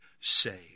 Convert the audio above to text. saved